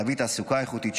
להביא תעסוקה איכותית,